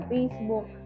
Facebook